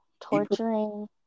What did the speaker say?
torturing